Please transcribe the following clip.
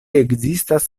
ekzistas